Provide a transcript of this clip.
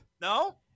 No